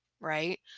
right